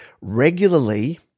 regularly